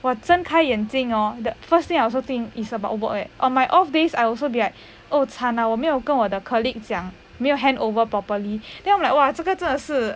我睁开眼睛 hor the first thing I also think is about what work eh on my off days I also be like 哦惨了我没有跟我的 colleague 讲没有 handover properly then I'm like 哇这个真的是